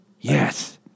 Yes